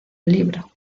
libro